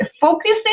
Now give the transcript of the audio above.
focusing